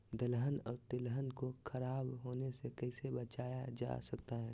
दलहन और तिलहन को खराब होने से कैसे बचाया जा सकता है?